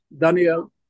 Daniel